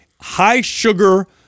High-sugar